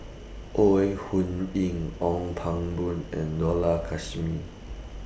Ore Huiying Ong Pang Boon and Dollah Kassim